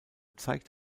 zeigt